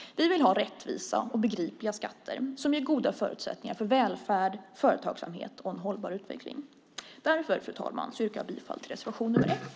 Vi vill ha rättvisa och begripliga skatter som ger goda förutsättningar för välfärd, företagsamhet och en hållbar utveckling. Därför, fru talman, yrkar jag bifall till reservation nr 1.